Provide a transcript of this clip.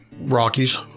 Rockies